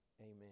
Amen